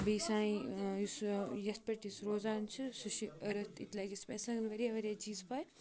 بیٚیہِ سانٛہِ یُس یتھ پیٹھ أسۍ روزان چھِ سُہ چھُ أرٕتھ یہِ تہِ لَگہِ اَسہِ پاے اَسہِ لَگہِ واریاہ واریاہ چیٖز پاے